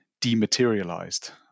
dematerialized